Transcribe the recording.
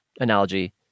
analogy